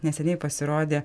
neseniai pasirodė